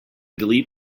delete